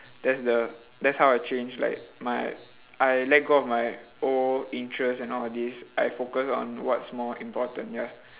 that's the that's how I change like my I let go of my old interest and nowadays I focus on what's more important ya